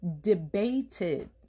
debated